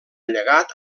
llegat